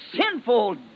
sinful